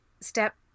step